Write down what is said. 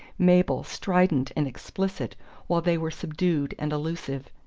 mabel strident and explicit while they were subdued and allusive.